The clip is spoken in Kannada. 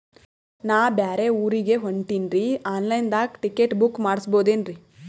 ನಾ ಬ್ಯಾರೆ ಊರಿಗೆ ಹೊಂಟಿನ್ರಿ ಆನ್ ಲೈನ್ ದಾಗ ಟಿಕೆಟ ಬುಕ್ಕ ಮಾಡಸ್ಬೋದೇನ್ರಿ?